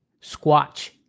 Squatch